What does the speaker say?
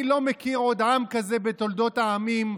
אני לא מכיר עוד עם כזה בתולדות העמים.